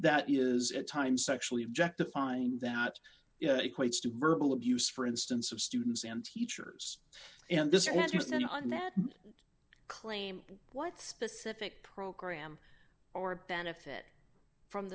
that is at times sexually objectifying that equates to verbal abuse for instance of students and teachers and this has been on that claim what specific program or benefit from